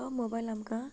आनी तो मोबायल आमकां